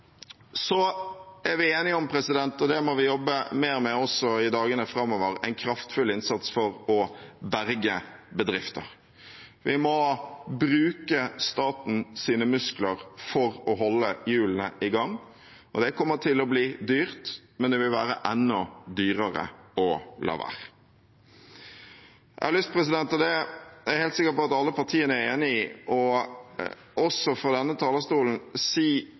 Så er vi enige om – og det må vi jobbe mer med også i dagene framover – en kraftfull innsats for å berge bedrifter. Vi må bruke statens muskler for å holde hjulene i gang. Det kommer til å bli dyrt, men det vil være enda dyrere å la være. Jeg har lyst til – og det er jeg helt sikker på at alle partiene er enig i – også fra denne talerstolen å si